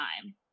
time